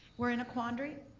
we're in a quandary,